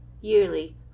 Yearly